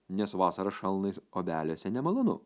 nes vasarą šalnai obeliuose nemalonu